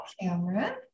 camera